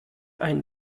ein